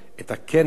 של הכנס הזה.